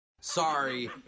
Sorry